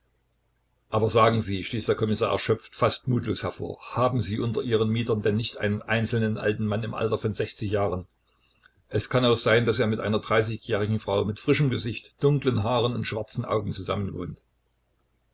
aber sagen sie stieß der kommissar erschöpft fast mutlos hervor haben sie unter ihren mietern denn nicht einen einzelnen alten mann im alter von jahren es kann auch sein daß er mit einer jährigen frau mit frischem gesicht dunklen haaren und schwarzen augen zusammenwohnt